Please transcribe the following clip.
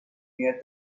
near